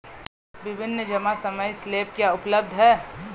विभिन्न जमा समय स्लैब क्या उपलब्ध हैं?